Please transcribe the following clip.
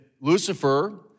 Lucifer